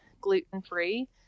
gluten-free